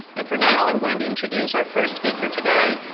and for now, i'm going to introduce our first speaker today,